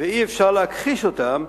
ואי-אפשר להכחיש אותם,